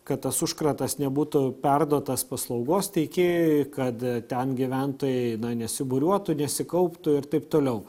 kad tas užkratas nebūtų perduotas paslaugos teikėjui kad ten gyventojai nesibūriuotų nesikauptų ir taip toliau